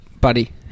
buddy